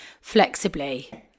flexibly